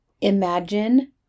Imagine